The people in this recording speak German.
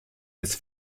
als